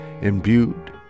imbued